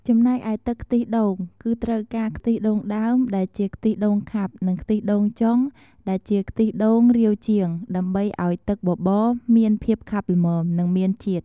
ចំណែកឯទឹកខ្ទិះដូង គឺត្រូវការ ខ្ទិះដូងដើម ដែលជាខ្ទិះដូងខាប់ និងខ្ទិះដូងចុង ដែលជាខ្ទិះដូងរាវជាង ដើម្បីឱ្យទឹកបបរមានភាពខាប់ល្មម និងមានជាតិ។